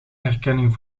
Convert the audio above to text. erkenning